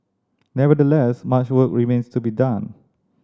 nevertheless much work remains to be done